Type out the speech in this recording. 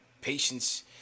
Patience